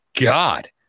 God